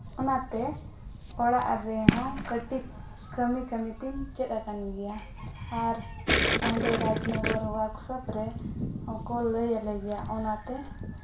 ᱚᱱᱟᱛᱮ ᱚᱲᱟᱜ ᱨᱮᱦᱚᱸ ᱠᱟᱹᱴᱤᱡ ᱠᱟᱹᱢᱤ ᱠᱟᱹᱢᱤ ᱛᱤᱧ ᱪᱮᱫ ᱟᱠᱟᱱ ᱜᱮᱭᱟ ᱟᱨ ᱚᱸᱰᱮ ᱨᱟᱡᱽᱱᱚᱜᱚᱨ ᱳᱟᱨᱠᱥᱚᱯ ᱨᱮ ᱦᱚᱸᱠᱚ ᱞᱟᱹᱭ ᱟᱞᱮ ᱜᱮᱭᱟ ᱚᱱᱟᱛᱮ